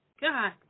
God